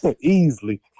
Easily